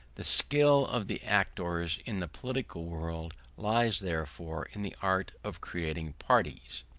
the skill of the actors in the political world lies therefore in the art of creating parties.